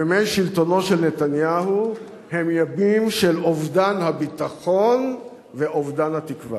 ימי שלטונו של נתניהו הם ימים של אובדן הביטחון ואובדן התקווה,